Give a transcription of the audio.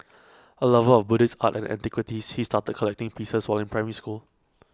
A lover of Buddhist art and antiquities he started collecting pieces while in primary school